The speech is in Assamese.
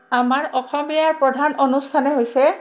আমাৰ অসমীয়াৰ প্ৰধান অনুষ্ঠানে হৈছে